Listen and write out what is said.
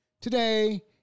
Today